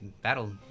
battle